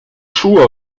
schuhe